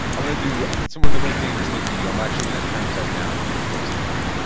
i'm gonna do and some of and the most dangerous things you do. i'm actually gonna turn upside down and do flips in a plane.